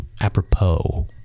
apropos